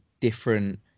different